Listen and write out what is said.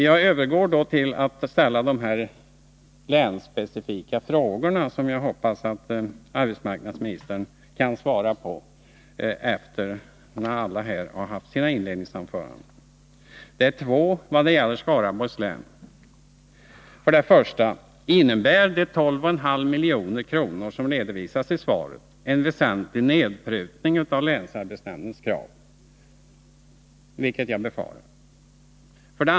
Jag övergår sedan till att ställa de länsspecifika frågor som jag hoppas att arbetsmarknadsministern kan svara på sedan alla haft sina inledningsanföranden. Det är två frågor beträffande Skaraborgs län. 1. Innebär de 12,5 miljoner som redovisas i svaret en väsentlig nedprutning av länsarbetsnämndens krav — vilket jag befarar? 2.